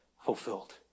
fulfilled